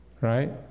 right